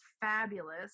fabulous